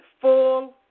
Full